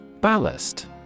Ballast